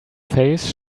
face